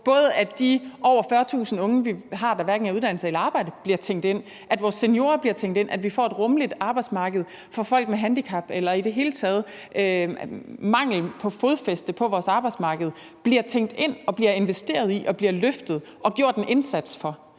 både at de over 40.000 unge, vi har, der hverken er i uddannelse eller arbejde, bliver tænkt ind, at vores seniorer bliver tænkt ind, at vi får et rummeligt arbejdsmarked for folk med handicap, og at mangel på fodfæste på vores arbejdsmarked i det hele taget bliver tænkt ind, bliver investeret i, bliver løftet og gjort en indsats for,